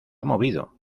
movido